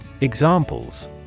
Examples